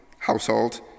household